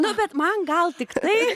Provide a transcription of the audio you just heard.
na bet man gal tiktai